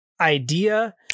idea